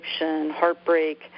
heartbreak